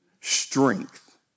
Strength